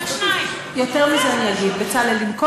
או